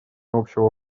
общего